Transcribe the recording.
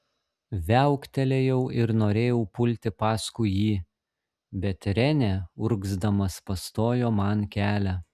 viauktelėjau ir norėjau pulti paskui jį bet renė urgzdamas pastojo man kelią